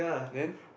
then